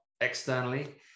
externally